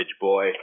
boy